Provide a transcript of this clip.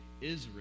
Israel